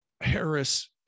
Harris